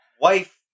wife